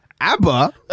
ABBA